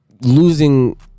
losing